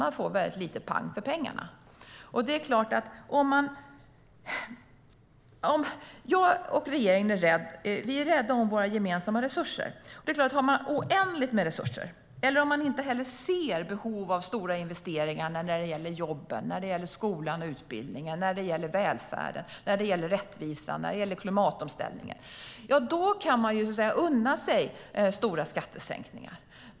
Man får väldigt lite pang för pengarna. Jag och regeringen är rädda om våra gemensamma resurser. Har man oändligt med resurser eller inte ser behov av stora investeringar när det gäller jobben, skolan, utbildningen, välfärden, rättvisan och klimatomställningen kan man unna sig stora skattesänkningar.